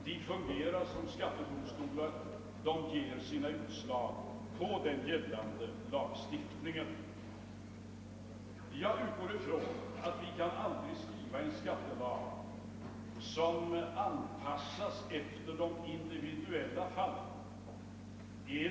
De fungerar som skattedomstolar och meddelar sina utslag på grundval av den gällande lagstiftningen. Jag utgår från att vi aldrig kan skriva en skattelag som anpassas efter de individuella fallen.